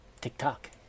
TikTok